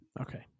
Okay